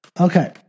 Okay